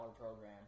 program